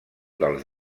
dels